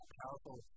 powerful